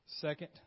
second